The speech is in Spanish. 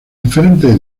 diferentes